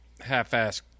half-assed